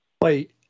Wait